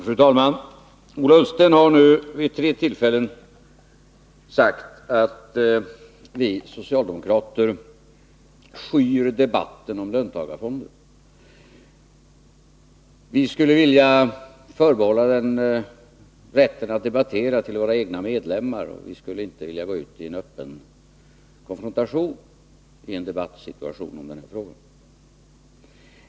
Fru talman! Ola Ullsten har nu vid tre tillfällen sagt att vi socialdemokrater skyr debatten om löntagarfonder. Vi skulle vilja förbehålla våra egna medlemmar rätten att debattera den; vi skulle inte vilja gå ut i en öppen konfrontationi en debattsituation i den här frågan.